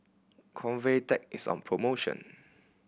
Convatec is on promotion